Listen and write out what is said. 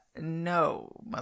no